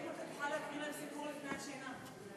אם תוכל להקריא להם סיפור לפני השינה.